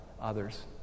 others